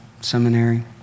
seminary